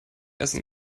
essen